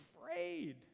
Afraid